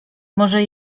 może